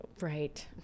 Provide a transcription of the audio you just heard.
Right